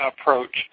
approach